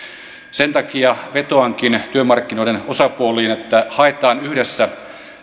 sen takia vetoankin työmarkkinoiden osapuoliin että haetaan yhdessä